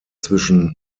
zwischen